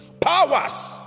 Powers